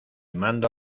mando